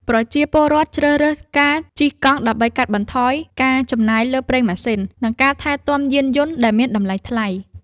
ប្រជាពលរដ្ឋជ្រើសរើសការជិះកង់ដើម្បីកាត់បន្ថយការចំណាយលើប្រេងឥន្ធនៈ និងការថែទាំយានយន្តដែលមានតម្លៃថ្លៃ។